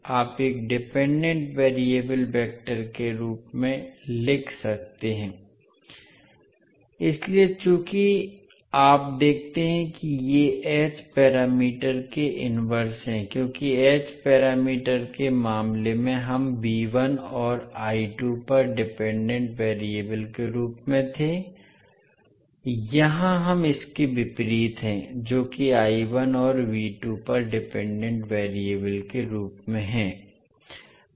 आप एक dependent variable vector के रूप में लिख सकते हैं इसलिए चूंकि आप देखते हैं कि ये h पैरामीटर के इनवर्स हैं क्योंकि h पैरामीटर के मामले में हम और पर डिपेंडेंट वेरिएबल के रूप में थे यहाँ हम इसके विपरीत हैं जो कि और पर डिपेंडेंट वेरिएबल के रूप में हैं